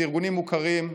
הם ארגונים מוכרים,